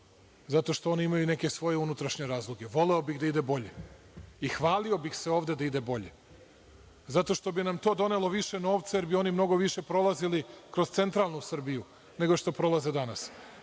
zato što oni imaju neke svoje unutrašnje razloge. Voleo bih da ide bolje i hvalio bih se ovde da ide bolje zato što bi nam to donelo više novca, jer bi oni mnogo više prolazili kroz centralnu Srbiju nego što prolaze danas,